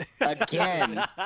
again